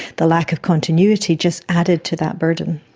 the lack of continuity, just added to that burden.